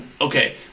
okay